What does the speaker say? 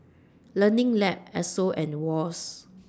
Learning Lab Esso and Wall's